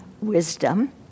wisdom